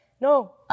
no